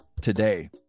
today